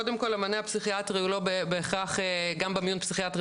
קודם כל המענה הפסיכיאטרי הוא לא בהכרח גם במיון פסיכיאטרי